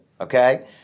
Okay